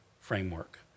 framework